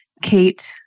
Kate